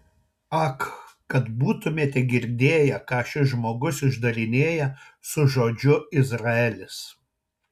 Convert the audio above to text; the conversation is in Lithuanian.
ak kad būtumėte girdėję ką šis žmogus išdarinėja su žodžiu izraelis